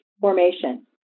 formation